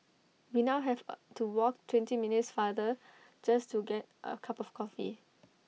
we now have A to walk twenty minutes farther just to get A cup of coffee